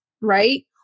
right